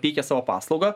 teikia savo paslaugą